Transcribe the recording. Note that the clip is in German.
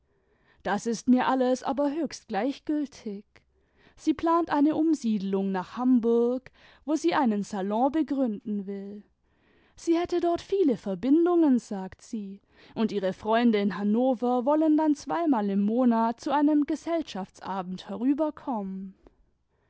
das ist mir alles aber höchst gleichgültig sie plant eine umsiedelung nach hamburg wo sie einen salon begründen will sie hätte dort viel verbindungen sagt sie und ihre freunde in hannover wollen dann zweimal im monat zu einem gesellschaftsabend herüberkommen